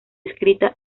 escrita